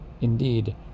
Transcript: Indeed